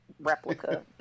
Replica